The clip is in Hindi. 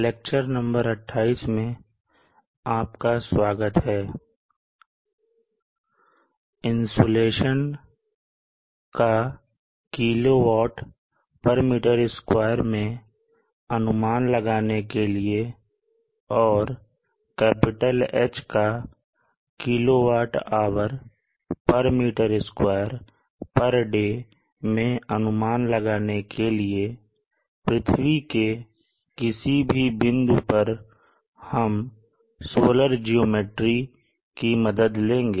इंसुलेशन का kWm2 मैं अनुमान लगाने के लिए और H का kWhm2day मैं अनुमान लगाने के लिए पृथ्वी के किसी भी बिंदु पर हम सोलर ज्योमेट्री की मदद लेंगे